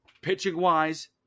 pitching-wise